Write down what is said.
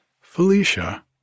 Felicia